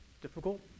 difficult